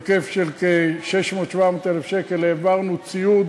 בהיקף של 600,000 700,000 שקל, העברנו ציוד